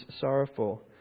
sorrowful